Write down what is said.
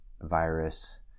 virus